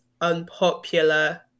unpopular